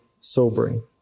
sobering